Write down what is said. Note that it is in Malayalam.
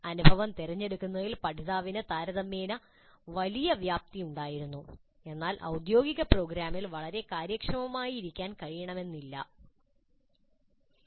അനുഭവം തിരഞ്ഞെടുക്കുന്നതിൽ പഠിതാവിന് താരതമ്യേന വലിയ വ്യാപ്തി ഉണ്ടായിരുന്നു എന്നാൽ ഒരു ഔദ്യോഗിക പ്രോഗ്രാമിൽ വളരെ കാര്യക്ഷമമായിരിക്കാൻ കഴിയണമെന്നില്ള